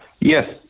Yes